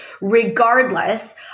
regardless